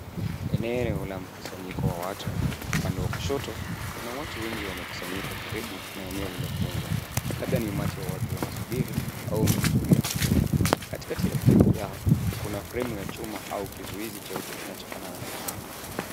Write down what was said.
Eneo la mkusanyiko wa watu. Upande wa kushoto kuna watu wengi wamekusanyika karibu na eneo lililofungwa, labda ni umati wa watu wanasubiri au wanahudhuria tukio. Katikati yao kuna fremu ya chuma au kizuizi cheupe kinachofanana na mlango.